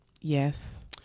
yes